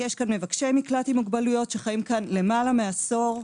יש פה מבקשי מקלט עם מוגבלויות שחיים כאן למעלה מעשור.